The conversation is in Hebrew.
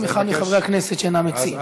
או אחד מחברי הכנסת שאינם מציעים.